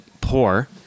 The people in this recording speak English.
pour